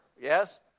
Yes